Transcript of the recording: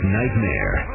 nightmare